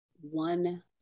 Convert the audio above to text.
One